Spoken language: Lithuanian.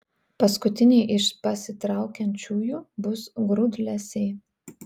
paskutiniai iš pasitraukiančiųjų bus grūdlesiai